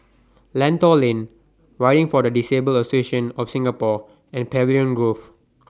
Lentor Lane Riding For The Disabled Association of Singapore and Pavilion Grove